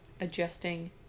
adjusting